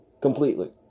Completely